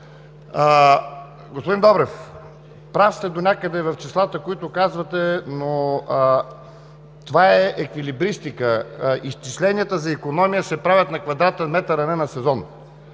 Господин Добрев, прав сте донякъде в числата, които казвате, но това е еквилибристика. Изчисленията за икономия се правят на квадратен метър, а не на сезон